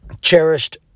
cherished